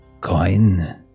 Coin